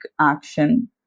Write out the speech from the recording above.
action